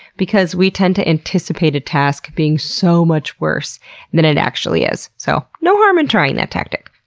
because we tend to anticipate a task being so much worse than it actually is. so no harm in trying that tactic.